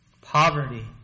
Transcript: poverty